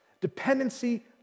Dependency